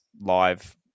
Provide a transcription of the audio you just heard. live